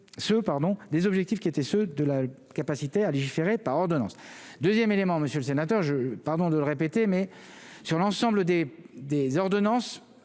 ce pardon des objectifs qui étaient ceux de la capacité à légiférer par ordonnances 2ème élément, Monsieur le Sénateur, je, pardon de le répéter, mais sur l'ensemble des des ordonnances,